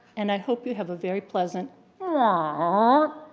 and i hope you have a very pleasant ah